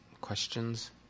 questions